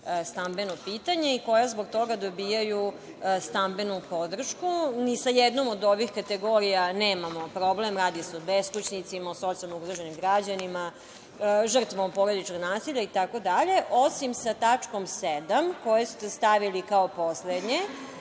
stambeno pitanje i koja zbog toga dobijaju stambenu podršku. Ni sa jednom od ovih kategorija nemamo problem. Radi se o beskućnicima, o socijalno ugroženim građanima, žrtvama porodičnog nasilja, itd. osim sa tačkom 7, koju ste stavili kao poslednje,